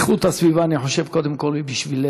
הגנת הסביבה, אני חושב, קודם כול היא בשבילנו,